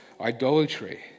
idolatry